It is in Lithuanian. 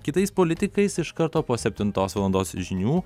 kitais politikais iš karto po septintos valandos žinių